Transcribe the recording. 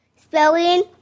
spelling